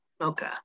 Okay